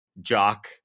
jock